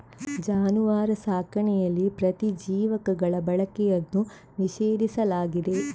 ಜಾನುವಾರು ಸಾಕಣೆಯಲ್ಲಿ ಪ್ರತಿಜೀವಕಗಳ ಬಳಕೆಯನ್ನು ನಿಷೇಧಿಸಲಾಗಿದೆ